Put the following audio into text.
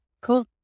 Cool